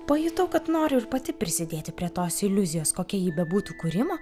pajutau kad noriu ir pati prisidėti prie tos iliuzijos kokia ji bebūtų kūrimo